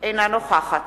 אינה נוכחת